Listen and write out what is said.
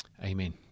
Amen